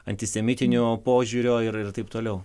antisemitinio požiūrio ir taip toliau